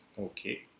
Okay